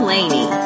Lainey